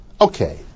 Okay